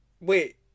Wait